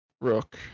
Rook